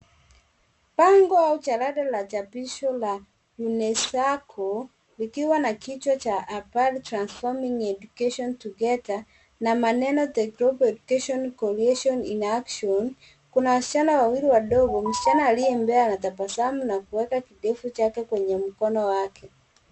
Bango au jalada la chapisho la UNESCO likiwa na kichwa cha A girl transforming Education Together na maneno The Global Education Coalition in Action . Kuna wasichana wawili wadogo, msichana aliye mbele anatabasamu na kuweka kidevu chake kwenye mkono wake.